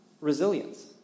resilience